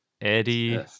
Eddie